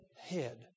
head